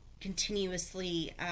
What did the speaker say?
continuously